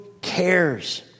cares